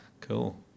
Cool